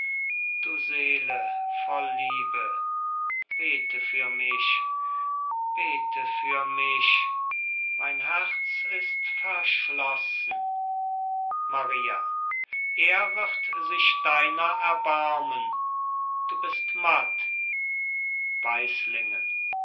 du seele voll liebe bete für mich bete für mich mein herz ist verschlossen maria er wird sich deiner erbarmen du bist matt